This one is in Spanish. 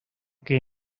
que